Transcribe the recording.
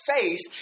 face